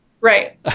Right